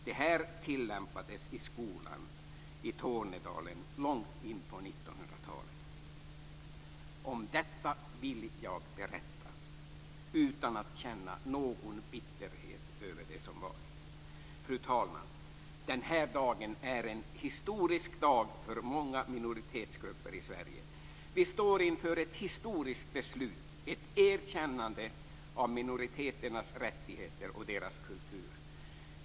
Det här tillämpades i skolan i Tornedalen långt in på 1900-talet. Om detta vill jag berätta - utan att känna någon bitterhet över det som varit. Fru talman! Den här dagen är en historisk dag för många minoritetsgrupper i Sverige. Vi står inför ett historiskt beslut, ett erkännande av minoriteternas rättigheter och deras kultur.